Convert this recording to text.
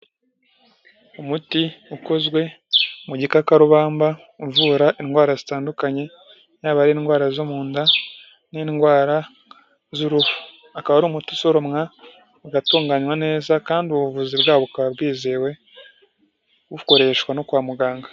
Umuti ukozwe mu gikakarubamba uvura indwara zitandukanye, yaba indwara zo mu nda n'indwara z'uruhu, akaba ari umuti usoromwa, ugatunganywa neza kandi ubuvuzi bwawo bukaba bwizewe, bukoreshwa no kwa muganga.